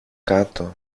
κάτω